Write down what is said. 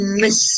miss